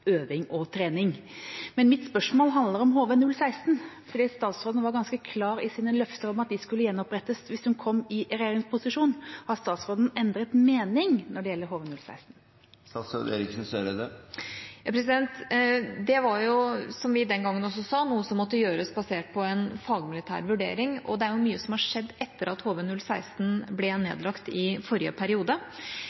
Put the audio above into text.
øving og trening. Men mitt spørsmål handler om HV-016, fordi statsråden var ganske klar i sine løfter om at det skulle gjenopprettes hvis hun kom i regjeringsposisjon. Har statsråden endret mening når det gjelder HV-016? Det var, som vi den gangen også sa, noe som måtte gjøres basert på en fagmilitær vurdering, og det er mye som har skjedd etter at